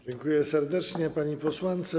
Dziękuję serdecznie pani posłance.